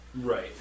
Right